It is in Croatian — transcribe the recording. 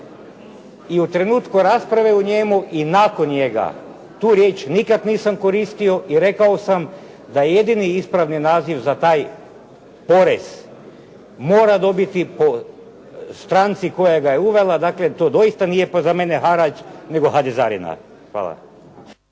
I u trenutku rasprave o njemu i nakon njega tu riječ nikad nisam koristio, i rekao sam da je jedini ispravni naziv za taj porez mora dobiti po stranci koja ga je uvela, dakle to doista nije za mene harač, nego hadezarina. Hvala.